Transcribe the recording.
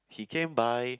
he came by